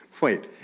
Wait